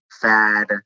fad